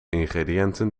ingrediënten